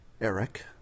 Eric